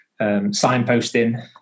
signposting